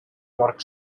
york